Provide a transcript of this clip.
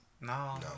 No